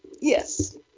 Yes